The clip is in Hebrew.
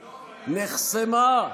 נחסמה,